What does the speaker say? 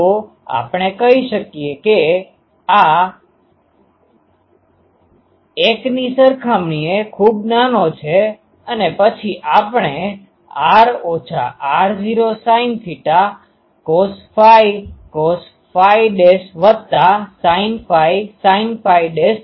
તો આપણે કહી શકીએ કે આ 1 ની સરખામણીએ ખૂબ નાનો છે અને પછી આપણે r r0sin cos cos sin sin r ઓછા r0 sine theta cos phi cos phi dash વત્તા sine phi sine phi days